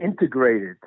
integrated